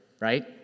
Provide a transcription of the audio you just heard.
right